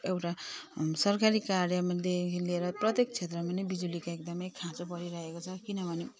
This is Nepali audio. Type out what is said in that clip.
एउटा सरकारी कार्यमा देखि लिएर प्रत्येक क्षेत्रमा नै बिजुलीको एकदमै खाँचो भएरहेको छ किनभने